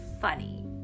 funny